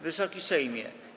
Wysoki Sejmie!